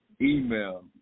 Email